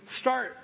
start